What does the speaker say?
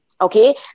Okay